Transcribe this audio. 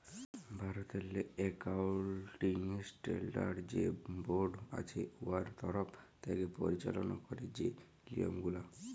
ভারতেরলে accounting standard যে board আছে উয়ার তরফ থ্যাকে পরিচাললা ক্যারে যে লিয়মগুলা